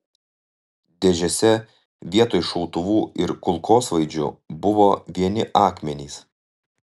dėžėse vietoj šautuvų ir kulkosvaidžių buvo vieni akmenys